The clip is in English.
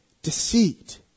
Deceit